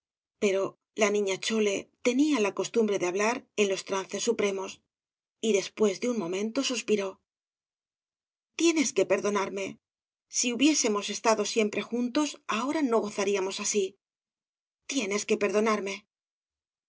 pero la niña chole tenía la costumbre de hablar en los trances supremos y después de un momento suspiró tienes que perdonarme si hubiésemos estado siempre juntos ahora no gozaríamos así tienes que perdonarme